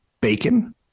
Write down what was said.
bacon